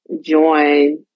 join